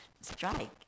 strike